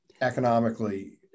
economically